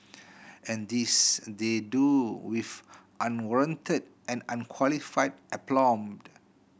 and this they do with unwarranted and unqualified aplomb